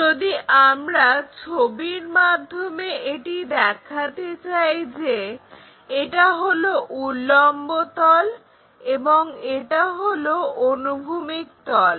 যদি আমরা ছবির মাধ্যমে এটি দেখাতে চাই যে এটা হলো উল্লম্ব তল এবং এটা হলো অনুভূমিক তল